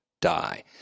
die